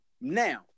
now